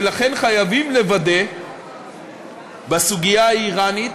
ולכן חייבים לוודא בסוגיה האיראנית